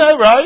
right